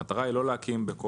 המטרה היא לא להקים על